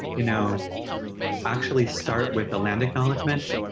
you know actually start with a land acknowledgement.